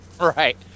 Right